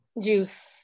Juice